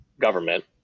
government